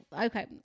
okay